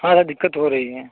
हाँ सर दिक्क्त हो रही है